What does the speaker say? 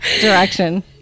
direction